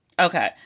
Okay